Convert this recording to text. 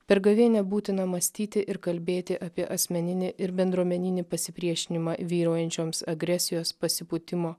per gavėnią būtina mąstyti ir kalbėti apie asmeninį ir bendruomeninį pasipriešinimą vyraujančioms agresijos pasipūtimo